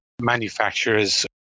manufacturers